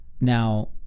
Now